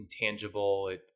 intangible